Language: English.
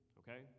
okay